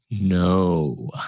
No